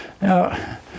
Now